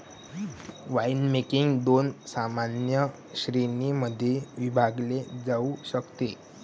winemaking दोन सामान्य श्रेणीं मध्ये विभागले जाऊ शकते